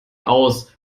aus